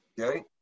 Okay